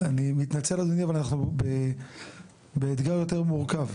אני מתנצל אדוני, אבל אנחנו באתגר יותר מורכב.